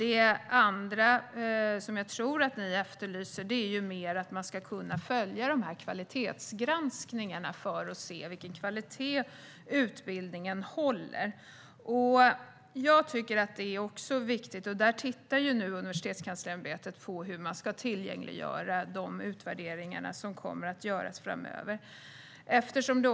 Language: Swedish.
En annan sak som jag tror att ni efterlyser är att man ska kunna följa kvalitetsgranskningarna för att se vilken kvalitet utbildningen håller. Detta tycker också jag är viktigt. Universitetskanslersämbetet tittar nu på hur de utvärderingar som kommer att göras framöver kan tillgängliggöras.